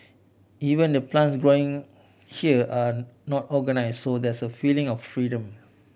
even the plants growing here are not organise so there's a feeling of freedom